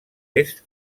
est